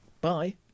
bye